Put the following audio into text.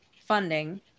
funding